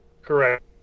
Correct